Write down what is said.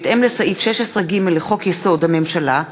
בהתאם לסעיף 16(ג) לחוק-יסוד: הממשלה,